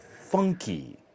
funky